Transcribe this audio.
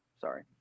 Sorry